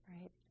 right